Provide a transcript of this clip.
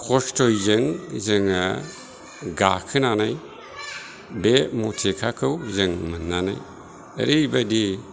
खस्थ'जों जोङो गाखोनानै बे मटिखाखौ जों मोननानै ओरैबायदि